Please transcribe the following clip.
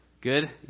Good